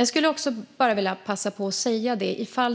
Ifall